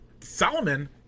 Solomon